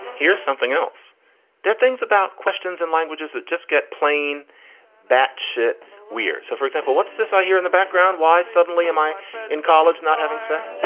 here's something else that things about questions in languages that just get plain batshit weird. so, for example, what's this i hear in the background? why suddenly am i in college not having sex?